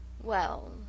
Well